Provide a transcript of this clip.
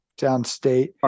downstate